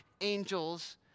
angels